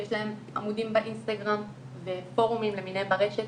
שיש להם עמודים באינסטגרם ופורומים למיניהם ברשת